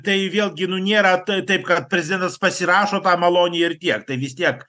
tai vėlgi nu nėra t taip kad prezidentas pasirašo tą malonį ir tiek tai vis tiek